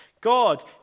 God